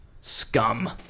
scum